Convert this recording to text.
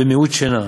במיעוט שינה,